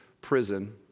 prison